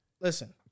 listen